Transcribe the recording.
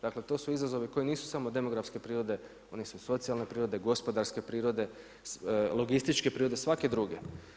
Dakle, to su izazovi koji nisu samo demografske prirode, oni su socijalne prirode, gospodarske prirode, logističke prirode, svake druge.